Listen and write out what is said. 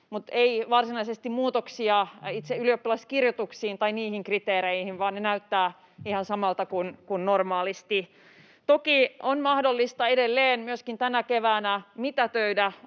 Mutta ei ole varsinaisesti tullut muutoksia itse ylioppilaskirjoituksiin tai niihin kriteereihin, vaan ne näyttävät ihan samalta kuin normaalisti. Toki on mahdollista edelleen myöskin tänä keväänä mitätöidä